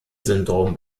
syndrom